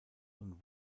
und